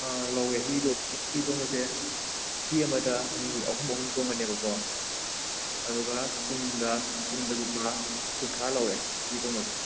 ꯑꯥ ꯂꯧꯋꯦ ꯍꯤꯗꯣ ꯍꯤ ꯇꯣꯡꯕꯁꯦ ꯍꯤ ꯑꯃꯗ ꯃꯤ ꯑꯍꯨꯝ ꯑꯍꯨꯝ ꯇꯣꯡꯒꯅꯦꯀꯣ ꯑꯗꯨꯒ ꯄꯨꯡꯗ ꯄꯨꯡꯗꯒꯤ ꯄꯥꯔꯒ ꯀꯨꯟꯊ꯭ꯔꯥ ꯂꯧꯋꯦ ꯍꯤ ꯇꯣꯡꯕꯁꯦ